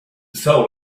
soul